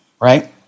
right